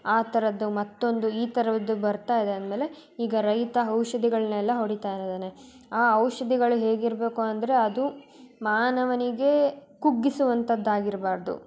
ಆ ಥರದ್ದು ಮತ್ತೊಂದು ಈ ಥರದ್ದು ಬರ್ತಾ ಇದೆ ಅಂದಮೇಲೆ ಈಗ ರೈತ ಔಷಧಿಗಳನ್ನೆಲ್ಲ ಹೊಡೀತಾ ಇದ್ದಾನೆ ಆ ಔಷಧಿಗಳು ಹೇಗಿರಬೇಕು ಅಂದರೆ ಅದು ಮಾನವನಿಗೆ ಕುಗ್ಗಿಸುವಂಥದ್ದಾಗಿರಬಾರ್ದು